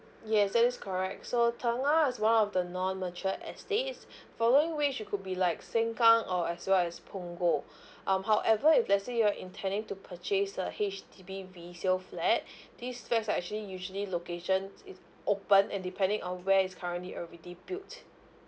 yes that is correct so tengah is one of the non mature estates following which it could be like sengkang or as well as punggol um however if let's say you're intending to purchase a H_D_B resale flat these flats are actually usually locations is open and depending on where it's currently already built